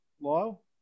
Lyle